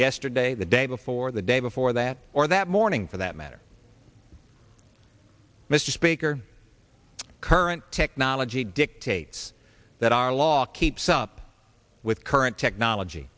yesterday the day before the day before that or that morning for that matter mr speaker current technology dictates that our law keeps up with current technology